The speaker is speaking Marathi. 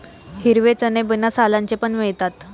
हिरवे चणे बिना सालांचे पण मिळतात